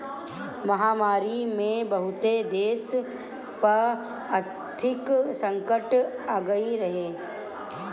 महामारी में बहुते देस पअ आर्थिक संकट आगई रहे